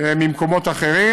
ממקומות אחרים.